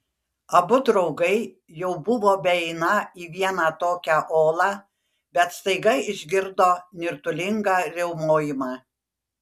abu draugai jau buvo beeiną į vieną tokią olą bet staiga išgirdo nirtulingą riaumojimą